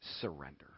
surrender